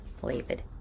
flavored